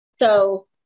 So-